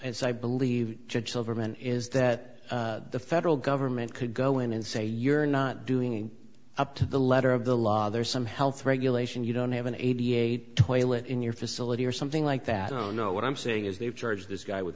silverman is that the federal government could go in and say you're not doing up to the letter of the law there's some health regulation you don't have an eighty eight toilet in your facility or something like that oh no what i'm saying is they've charged this guy w